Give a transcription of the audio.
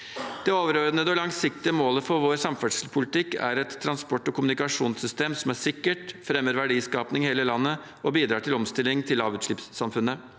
Det overordnede og langsiktige målet for vår samferdselspolitikk er et transport- og kommunikasjonssystem som er sikkert, fremmer verdiskaping i hele landet og bidrar til omstilling til lavutslippssamfunnet.